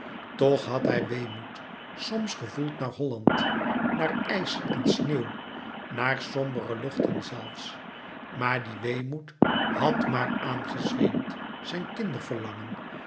toch had hij weemoed soms gevoeld naar holland naar ijs en sneeuw naar sombere luchten zelfs maar die weemoed had maar aangezweemd zijn